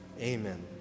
Amen